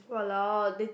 !wahlao! they